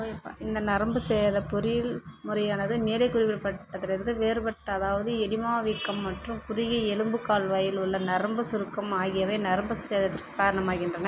இந்த நரம்பு சேத பொறியியல் முறையானது மேலே குறிப்பிடப்பட்டதிலிருந்து வேறுபட்டு அதாவது எடிமா வீக்கம் மற்றும் குறுகிய எலும்பு கால்வாயில் உள்ள நரம்பு சுருக்கம் ஆகியவை நரம்பு சேதத்திற்கு காரணமாகின்றன